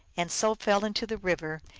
and so fell into the river,